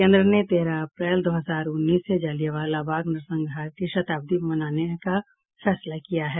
केन्द्र ने तेरह अप्रैल दो हजार उन्नीस से जलियांवाला बाग नरसंहार की शताब्दी मनाने का फैसला किया है